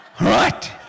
right